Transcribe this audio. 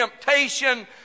temptation